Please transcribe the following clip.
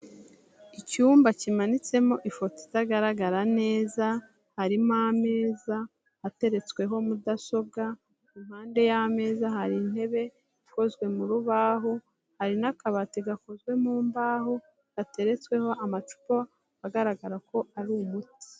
Icyumba kimanitsemo ifoto itagaragara neza, harimo ameza ateretsweho mudasobwa, ku mpande y'ameza hari intebe ikozwe mu rubaho, hari n'akabati gakozwe mu mbaho gateretsweho amacupa agaragara ko ari umuti.